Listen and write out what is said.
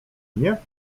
mnie